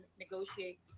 negotiate